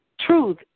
truth